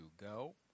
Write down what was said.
go